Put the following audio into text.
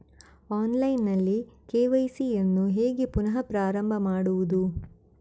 Online ನಲ್ಲಿ KYC ಯನ್ನು ಹೇಗೆ ಪುನಃ ಪ್ರಾರಂಭ ಮಾಡುವುದು?